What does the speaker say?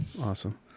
awesome